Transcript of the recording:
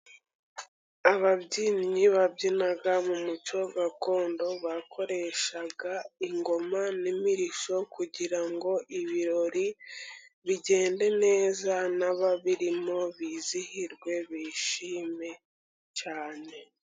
Ababyinnyi babyinaga mu muco gakondo bakoreshaga ingoma n'imirishyo, kugira ngo ibirori bigende neza, n'ababirimo bizihirwe bishime cyane.